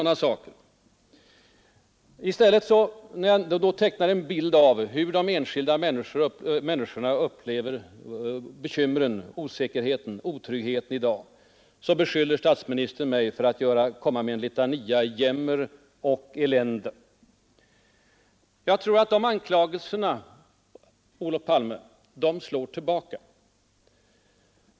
När jag då i stället försökte teckna en bild av hur de enskilda människorna upplever bekymren, osäkerheten och otryggheten i dag, beskyller statsministern mig för att Nr 111 komma med en litania i jämmer och elände. Jag tror, Olof Palme, att de anklagelserna slår tillbaka.